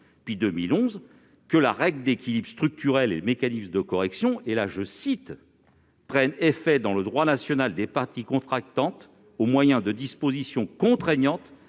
puis en 2011 -que la règle d'équilibre structurel et le mécanisme de correction « prennent effet dans le droit national des parties contractantes au moyen de dispositions contraignantes